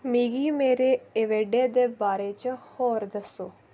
मिगी मेरे इवेंटें दे बारे च होर दस्सो